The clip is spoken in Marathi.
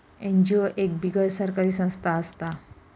एन.जी.ओ एक बिगर सरकारी संस्था असता